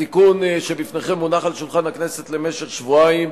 התיקון שבפניכם הונח על שולחן הכנסת למשך שבועיים,